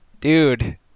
dude